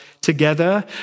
together